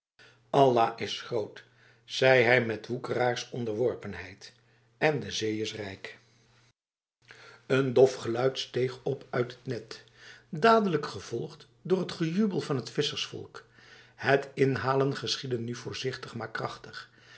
allah is groot zei hij met woekeraarsonderworpenheid en de zee is rijk een dof geluid steeg op uit het net dadelijk gevolgd door t gejubel van t vissersvolk het inhalen geschiedde nu voorzichtig maar krachtig